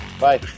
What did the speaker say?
Bye